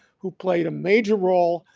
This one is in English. who played a major role,